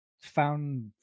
found